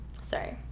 sorry